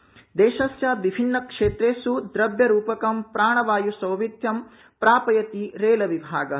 रेलमंत्रालय देशस्य विभिन्न क्षेत्रेष् द्रव्यरूपकं प्राणवाय् सौविध्यं प्रापयति रेलविभागः